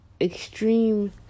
extreme